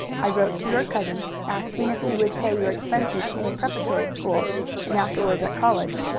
i wrote to your cousin, asking if he would pay your expenses in a preparatory school and afterwards at college.